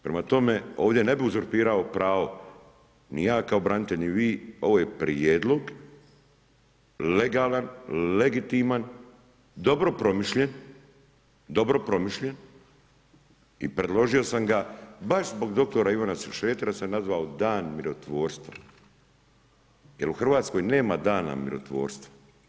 Prema tome ovdje ne bi uzurpirao pravo, ni ja kao branitelj, ni vi, ovo je prijedlog, legalan, legitiman, dobro promišljen, dobro promišljen i predložio sam ga baš zbog dr. Ivana Šretera sam nazvao dan mirotvorstva jer u Hrvatskoj nema dana mirotvorstva.